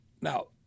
now